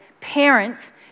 parents